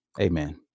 Amen